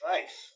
Nice